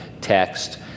text